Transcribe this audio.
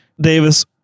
Davis